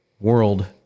world